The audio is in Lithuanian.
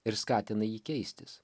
ir skatina jį keistis